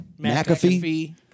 McAfee